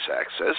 access